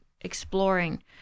exploring